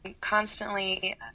constantly